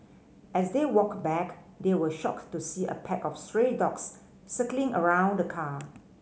as they walked back they were shocked to see a pack of stray dogs circling around the car